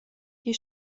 die